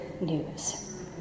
news